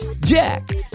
Jack